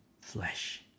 flesh